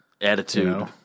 Attitude